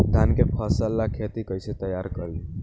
धान के फ़सल ला खेती कइसे तैयार करी?